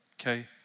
okay